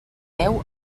peu